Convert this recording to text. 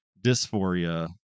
dysphoria